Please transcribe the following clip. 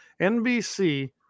NBC